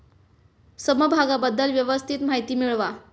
समभागाबद्दल व्यवस्थित माहिती मिळवा